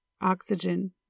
Oxygen